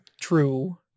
true